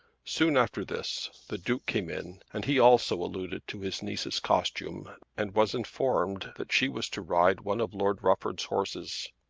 soon after this the duke came in and he also alluded to his niece's costume and was informed that she was to ride one of lord rufford's horses.